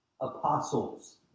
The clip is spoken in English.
apostles